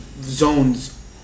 zones